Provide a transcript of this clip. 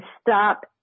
stop